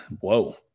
whoa